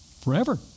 forever